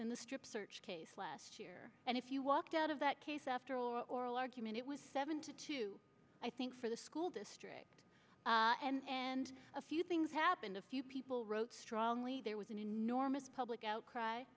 the strip search case last year and if you walked out of that case after oral argument it was seventy two i think for the school district and a few things happened a few people wrote strongly there was an enormous public outcry